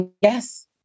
Yes